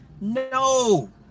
No